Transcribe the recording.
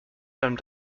seinem